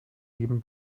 jedem